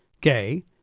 gay